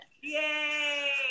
Yay